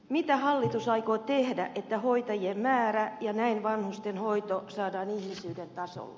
mitä hallitus aikoo tehdä että hoitajien määrä ja näin vanhustenhoito saadaan ihmisyyden tasolle